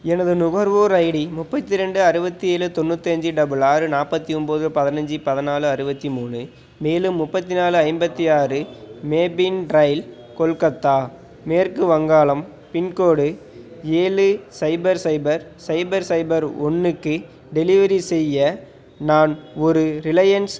எனது நுகர்வோர் ஐடி முப்பத்திரெண்டு அறுபத்தி ஏழு தொண்ணூற்றி அஞ்சு டபுள் ஆறு நாற்பத்தி ஒம்பது பதினஞ்சி பதினாலு அறுபத்தி மூணு மேலும் முப்பத்தி நாலு ஐம்பத்தி ஆறு மேப்பின் ட்ரைவ் கொல்கத்தா மேற்கு வங்காளம் பின்கோடு ஏழு சைபர் சைபர் சைபர் சைபர் ஒன்றுக்கு டெலிவரி செய்ய நான் ஒரு ரிலையன்ஸ்